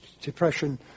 depression